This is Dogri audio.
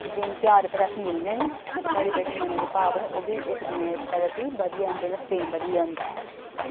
दिन तेहार पर अस मिलने न साढ़े जेह्ड़े मने दे भाव न ओह् बी इक दूए दे प्रति बधी जंदे न प्रेम बधी जंदा ऐ